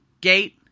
Gate